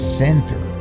center